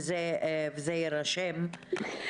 וזה יירשם.